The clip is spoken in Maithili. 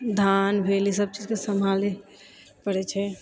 धान भेल ई सबचीजके सम्हाले पड़े छै